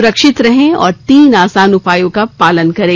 सुरक्षित रहें और तीन आसान उपायों का पालन करें